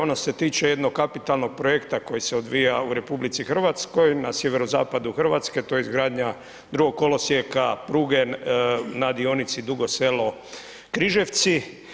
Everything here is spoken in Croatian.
Ono se tiče jednog kapitalnog projekta koji se odvija u RH na sjeverozapadu Hrvatske to je izgradnja drugog kolosijeka pruge na dionici Dugo Selo – Križevci.